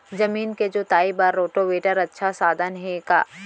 जमीन के जुताई बर रोटोवेटर अच्छा साधन हे का?